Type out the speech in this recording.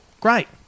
great